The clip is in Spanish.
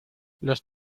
los